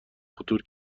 خطور